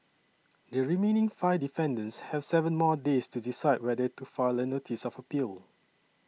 the remaining five defendants have seven more days to decide whether to file a notice of appeal